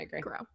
grow